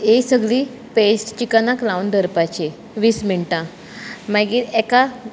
ही सगळी पॅस्ट चिकनाक लावन दवरपाची वीस मिनटां मागीर एका